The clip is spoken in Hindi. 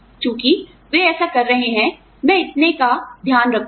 चूंकि वे ऐसा कर रहे हैं मैं इतने का ध्यान रखूंगा